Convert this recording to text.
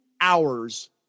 hours